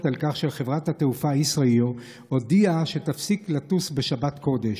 שחברת התעופה ישראייר הודיעה שתפסיק לטוס בשבת קודש,